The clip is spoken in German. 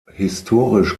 historisch